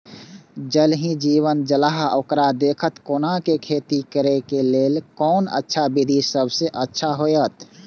ज़ल ही जीवन छलाह ओकरा देखैत कोना के खेती करे के लेल कोन अच्छा विधि सबसँ अच्छा होयत?